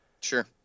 Sure